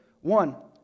One